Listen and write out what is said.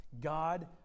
God